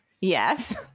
Yes